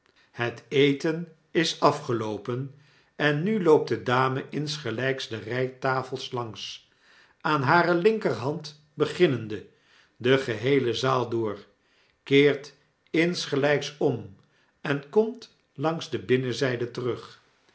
het eten is afgeloopen en nu looptdedame insgelijks de rij tafels langs aan hare linkerhand beginnende de geheele zaal door keert insgelijks om en komt langs de binnenzijde terug